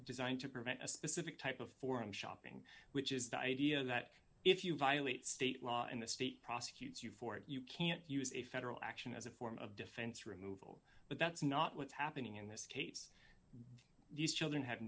designed to prevent a specific type of forum shopping which is the idea that if you violate state law and the state prosecutes you for it you can't use a federal action as a form of defense removal but that's not what's happening in this case these children have